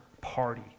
party